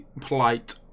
polite